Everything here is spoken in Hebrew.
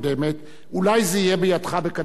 אולי זה יהיה בידך בקדנציות הבאות.